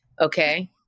Okay